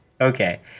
Okay